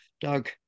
Doug